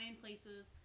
places